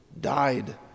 died